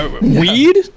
Weed